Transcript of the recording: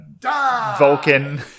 Vulcan